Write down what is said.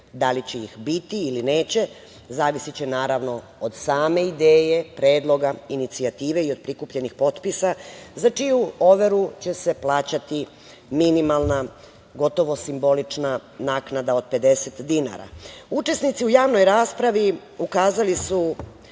Da li će ih biti ili neće, zavisiće od same ideje, predloga, inicijative i od prikupljenih potpisa za čiju overu će se plaćati minimalna, gotovo simbolična naknada od 50 dinara. Učesnici u javnoj raspravi ukazali su